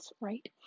right